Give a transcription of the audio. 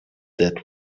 that